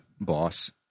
boss